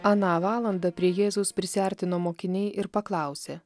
aną valandą prie jėzaus prisiartino mokiniai ir paklausė